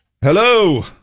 Hello